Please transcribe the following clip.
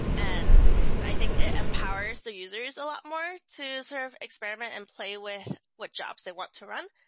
and i think it empowers the users a lot more to sort of experiment and play with what jobs they want to run.